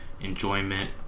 enjoyment